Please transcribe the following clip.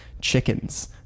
chickens